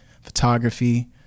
photography